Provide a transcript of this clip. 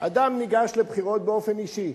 אדם ניגש לבחירות באופן אישי.